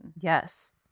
Yes